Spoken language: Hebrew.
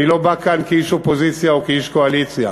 אני לא בא כאן כאיש אופוזיציה או כאיש קואליציה.